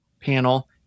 panel